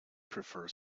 prefer